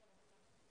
בטכניון.